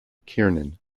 kiernan